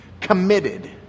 Committed